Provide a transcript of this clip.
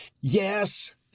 Yes